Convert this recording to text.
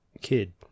Kid